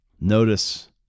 Notice